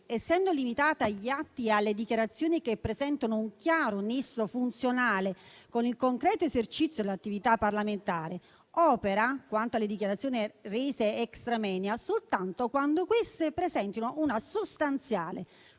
essendo limitata agli atti e alle dichiarazioni che presentano un chiaro nesso funzionale con il concreto esercizio dell'attività parlamentare, opera, quanto alle dichiarazioni rese *extra moenia,* soltanto quando queste presentino una sostanziale